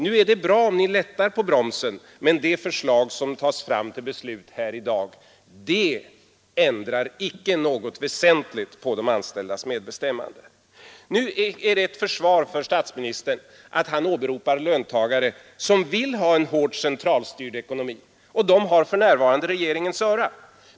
Nu är det bra om ni lättar på bromsen, men det fondens förvaltning, m.m. förslag som tas fram till beslut här i dag ändrar icke något väsentligt på de anställdas medbestämmande. Visst kan det låta som ett försvar för statsministern när han åberopar löntagare som vill ha en hårt centraliserad ekonomi. De har för närvarande regeringens öra.